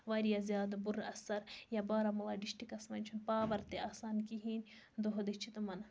واریاہ زیادٕ بُرٕ اَثر یا بارامُلا ڈِشٹِکَس مَنٛز چھُ پاوَر تہِ آسان کِہیٖنۍ دۄہہ دِش چھ تِمَن